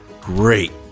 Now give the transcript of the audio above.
great